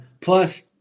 Plus